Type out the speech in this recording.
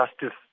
justice